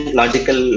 logical